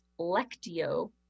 Lectio